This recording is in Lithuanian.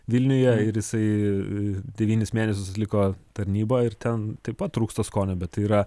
vilniuje ir jisai devynis mėnesius atliko tarnybą ir ten taip pat trūksta skonio bet tai yra